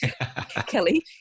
Kelly